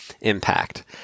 impact